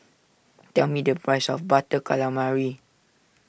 tell me the price of Butter Calamari